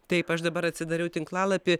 taip aš dabar atsidariau tinklalapį